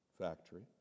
factory